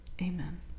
Amen